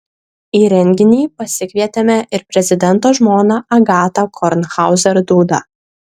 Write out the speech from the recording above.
į renginį pasikvietėme ir prezidento žmoną agatą kornhauzer dudą